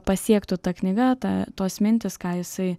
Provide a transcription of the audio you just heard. pasiektų ta knyga ta tos mintys ką jisai